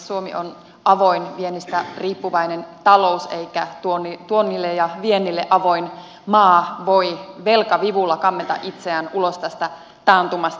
suomi on avoin viennistä riippuvainen talous eikä tuonnille ja viennille avoin maa voi velkavivulla kammeta itseään ulos tästä taantumasta